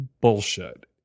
bullshit